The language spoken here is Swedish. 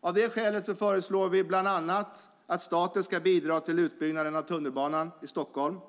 Av det skälet föreslår vi bland annat att staten ska bidra till utbyggnaden av tunnelbanan i Stockholm.